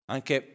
Anche